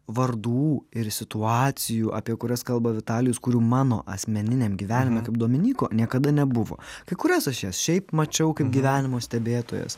vardų ir situacijų apie kurias kalba vitalijus kurių mano asmeniniam gyvenime kaip dominyko niekada nebuvo kai kurias aš jas šiaip mačiau kaip gyvenimo stebėtojas